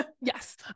Yes